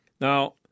Now